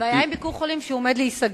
הבעיה עם "ביקור חולים" היא שהוא עומד להיסגר.